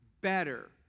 better